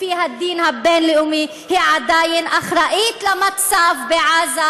לפי הדין הבין-לאומי היא עדיין אחראית למצב בעזה,